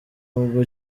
ubwo